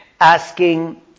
asking